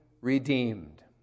redeemed